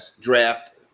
draft